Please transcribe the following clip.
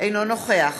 אינו נוכח